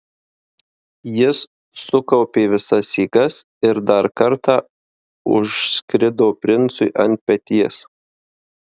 jis sukaupė visas jėgas ir dar kartą užskrido princui ant peties